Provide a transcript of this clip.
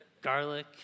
Garlic